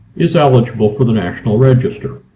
is eligible for the national register.